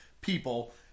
people